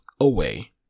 away